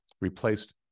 replaced